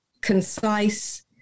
concise